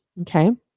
Okay